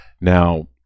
Now